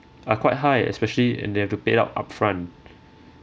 are quite high especially and they have to pay up upfront